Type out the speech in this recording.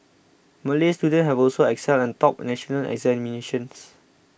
Malay students have also excelled topped national examinations